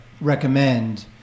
recommend